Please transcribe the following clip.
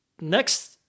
next